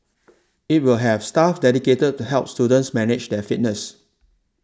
it will have staff dedicated to help students manage their fitness